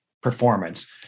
performance